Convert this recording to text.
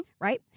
Right